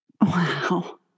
Wow